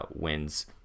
wins